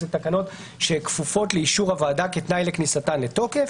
זה תקנות שכפופות לאישור הוועדה כתנאי לכניסתן לתוקף.